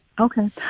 okay